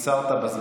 קיצרת בדברים.